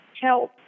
help